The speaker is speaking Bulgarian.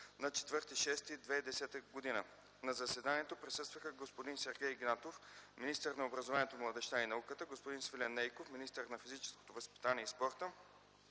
на 4 юни 2010 г. На заседанието присъстваха: господин Сергей Игнатов – министър на образованието, младежта и науката, господин Свилен Нейков – министър на физическото възпитание и спорта,